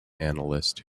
analyst